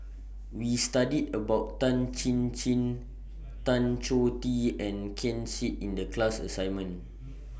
We studied about Tan Chin Chin Tan Choh Tee and Ken Seet in The class assignment